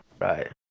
Right